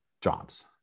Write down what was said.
jobs